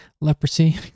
leprosy